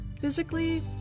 Physically